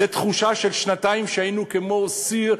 זו תחושה של שנתיים שבהן היינו כמו סיר,